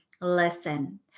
Listen